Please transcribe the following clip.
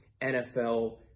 NFL